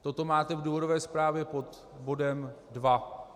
Toto máte v důvodové zprávě pod bodem 2.